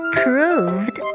proved